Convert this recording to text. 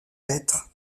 lettres